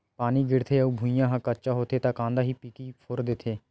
पानी गिरथे अउ भुँइया ह कच्चा होथे त कांदा ह पीकी फोर देथे